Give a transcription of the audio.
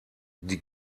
die